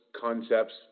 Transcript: Concepts